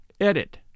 Edit